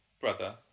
brother